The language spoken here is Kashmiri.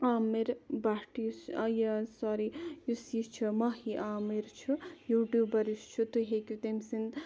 عامِر بَھٹ یُس یہِ سوری یُس یہِ چھُ ماہی عامِر چھُ یوٗٹیوٗبَر یُس چھُ تُہۍ ہیٚکِو تیٚمہِ سِنٛدۍ